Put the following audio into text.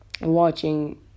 watching